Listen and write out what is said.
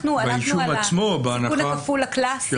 באישום הכפול עצמו הקלאסי.